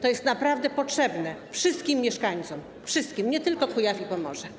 To jest naprawdę potrzebne wszystkim mieszkańcom, wszystkim, nie tylko Kujaw i Pomorza.